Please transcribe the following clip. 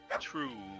true